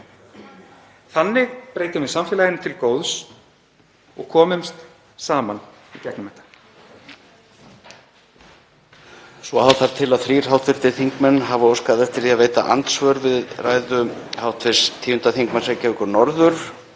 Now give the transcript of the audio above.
Þannig breytum við samfélaginu til góðs og komumst saman í gegnum þetta.